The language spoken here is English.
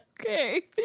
Okay